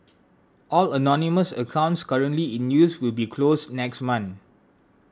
all anonymous accounts currently in use will be closed next month